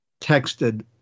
texted